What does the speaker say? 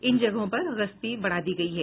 इन जगहों पर गश्ती बढ़ा दी गयी है